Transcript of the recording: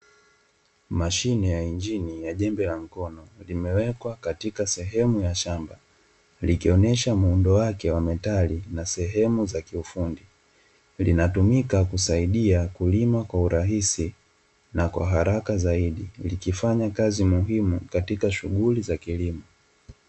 Mashine ya injini ya jembe la mkono limewekwa katika sehemu ya shamba likionyesha muundo wake wake wa metali na sehemu za kiufundi, linatumika kusaidia kulima kwa urahisi na kwa haraka zaidi likifanya kazi muhimu katika shughuli za kilimo.